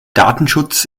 datenschutz